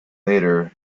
later